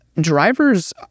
Drivers